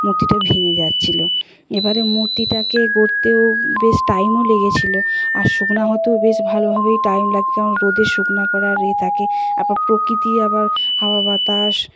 মূর্তিটা ভেঙ্গে যাচ্ছিল এবারে মূর্তিটাকে গড়তেও বেশ টাইমও লেগেছিলো আর শুকনো হতেও বেশ ভালোভাবেই টাইম লাগে কারণ রোদে শুকনো করার ইয়ে থাকে প্রকৃতি আবার হাওয়া বাতাস